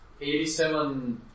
87